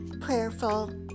prayerful